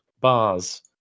bars